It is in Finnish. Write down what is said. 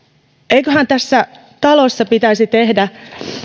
eiköhän tässä talossa pitäisi tehdä